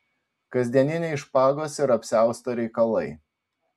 kasdieniniai špagos ir apsiausto reikalai